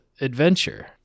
adventure